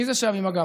מי זה שם עם הגב?